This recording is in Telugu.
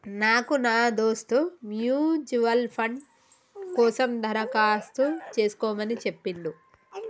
నాకు నా దోస్త్ మ్యూచువల్ ఫండ్ కోసం దరఖాస్తు చేసుకోమని చెప్పిండు